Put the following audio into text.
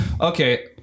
okay